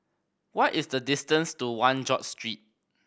what is the distance to One George Street